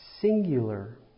singular